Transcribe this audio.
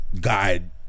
guide